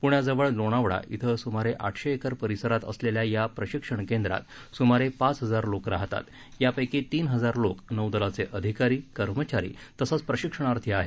पुण्याजवळ लोणावळा ध्वें सुमारे आठशे एकर परिसरात असलेल्या या प्रशिक्षण केंद्रात सुमारे पाच हजार लोक राहतात यापैकी तीन हजार लोक नौदलाचे अधिकारी कर्मचारी तसंच प्रशिक्षणार्थी आहेत